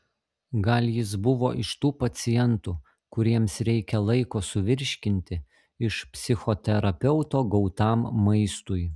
gal jis buvo iš tų pacientų kuriems reikia laiko suvirškinti iš psichoterapeuto gautam maistui